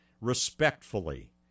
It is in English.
respectfully